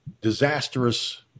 disastrous